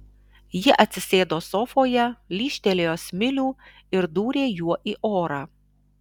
ji atsisėdo sofoje lyžtelėjo smilių ir dūrė juo į orą